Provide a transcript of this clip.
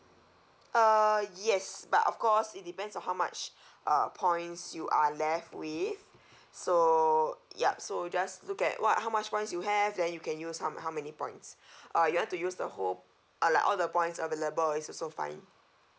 uh yes but of course it depends on how much uh points you are left with so yup so just look at what how much points you have then you can use how how many points uh you want to use the whole uh like all the points available is also fine